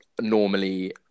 normally